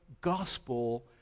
gospel